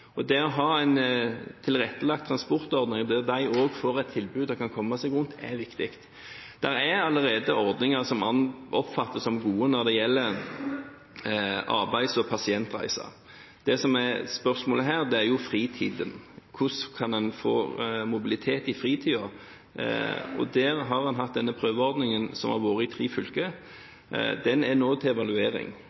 en tilrettelagt transportordninger der de også får et tilbud og kan komme seg rundt. Det er viktig. Det finnes allerede ordninger som oppfattes som gode når det gjelder arbeids- og pasientreiser. Det som er spørsmålet her, er jo hvordan en kan få mobilitet i fritiden, og der har en hatt denne prøveordningen i tre fylker. Den er nå til evaluering.